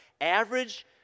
Average